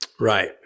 Right